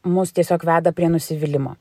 mus tiesiog veda prie nusivylimo